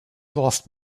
lost